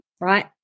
right